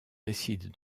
décide